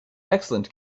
excellent